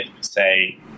say